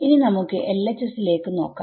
ഇനി നമുക്ക് LHS നോക്കാം